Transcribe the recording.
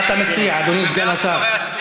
למה אתה לוקח לשם?